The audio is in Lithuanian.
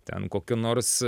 ten kokiu nors